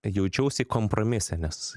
jaučiausi kompromise nes